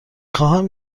خواهم